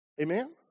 Amen